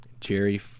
Jerry